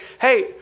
hey